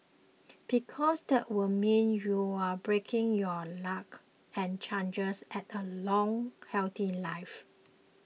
because that would mean you're breaking your luck and chances at a long healthy life